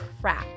crap